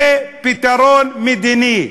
יהיה פתרון מדיני.